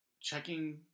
checking